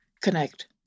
connect